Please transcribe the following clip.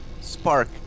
spark